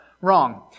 wrong